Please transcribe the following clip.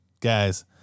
guys